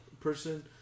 person